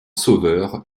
sauveur